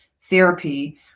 therapy